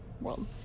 world